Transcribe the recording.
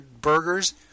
burgers